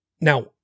Now